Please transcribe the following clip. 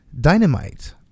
Dynamite